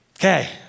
Okay